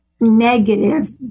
negative